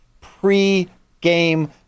pre-game